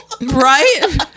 right